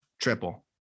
triple